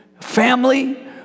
Family